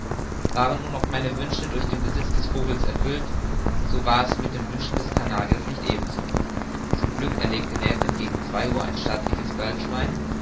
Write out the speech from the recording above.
waren nun auch meine wünsche durch den besitz dieses vogels erfüllt so war's mit den wünschen des canadiers nicht ebenso zum glück erlegte ned land gegen zwei uhr ein stattliches